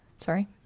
sorry